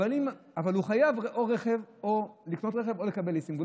הוא חייב לקנות רכב או לקבל ליסינג.